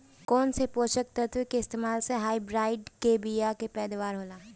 कौन से पोषक तत्व के इस्तेमाल से हाइब्रिड बीया के पैदावार बढ़ेला?